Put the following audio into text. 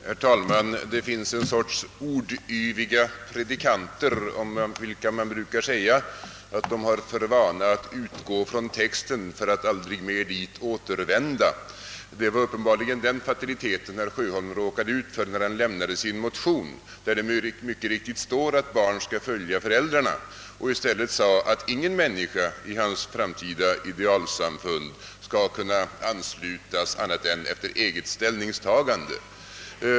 Herr talman! Det finns en sorts ordyviga predikanter, om vilka man : brukar säga att de har för vana att utgå från texten för att aldrig mer dit återvända. Det är uppenbarligen den fataliteten herr Sjöholm råkat ut för. I hans motion står det mycket riktigt, att barnen skall följa föräldrarna, medan han i sitt första anförande sade att ingen människa i hans framtida idealsamfund skall kunna anslutas annat än efter eget ställningstagande.